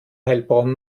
heilbronn